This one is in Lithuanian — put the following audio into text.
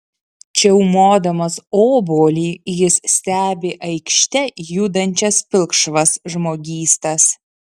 čiaumodamas obuolį jis stebi aikšte judančias pilkšvas žmogystas